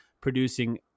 producing